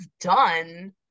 done